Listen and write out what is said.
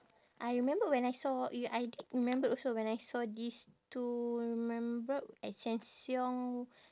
I remembered when I saw you I did remember also when I saw these two remember at sheng siong